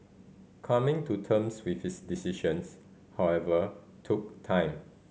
coming to terms with his decisions however took time